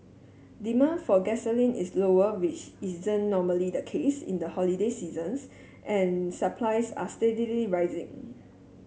demand for gasoline is lower which isn't normally the case in the holiday seasons and supplies are steadily rising